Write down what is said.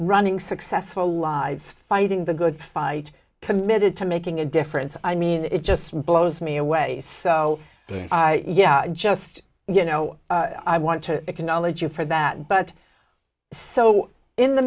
running successful lives fighting the good fight committed to making a difference i mean it just blows me away so i yeah just you know i want to acknowledge your for that but so in the